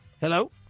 Hello